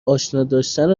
آشناداشتن